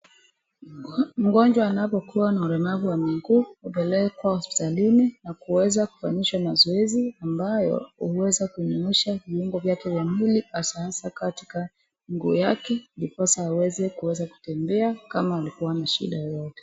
Mgonjwa anapokuwa na ulemavu wa miguu hupelekwa hospitalini na kuweza kufanyishwa mazoezi ambayo, huweza kuinusha viungo vyake vya mwili hasa hasa katika nguo yake, ndiposa aweze kutembea kama alikuwa na shida yoyote.